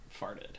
farted